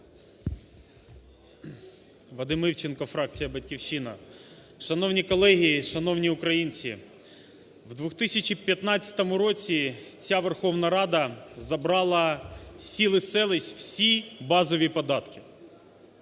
Вадим Івченко, фракція "Батьківщина". Шановні колеги і шановні українці! В 2015 році ця Верховна Рада забрала з сіл і селищ всі базові податки.